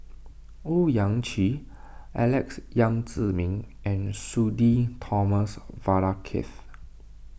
Owyang Chi Alex Yam Ziming and Sudhir Thomas Vadaketh